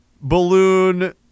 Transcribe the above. balloon